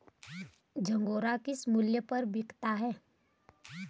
झंगोरा किस मूल्य पर बिक रहा है?